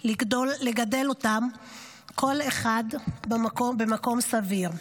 לגדל אותם כל אחד במקום סביר.